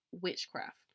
witchcraft